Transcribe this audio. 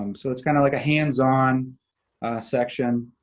um so it's kind of like a hands-on section.